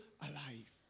alive